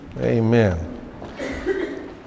Amen